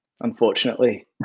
unfortunately